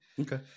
Okay